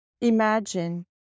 imagine